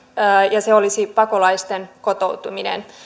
ja se olisi pakolaisten kotoutuminen